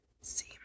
see